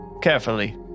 carefully